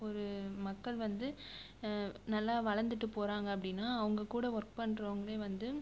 ஒரு மக்கள் வந்து நல்லா வளர்ந்துட்டு போகிறாங்க அப்படின்னா அவங்க கூட ஒர்க் பண்ணுறவங்கலே வந்து